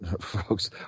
folks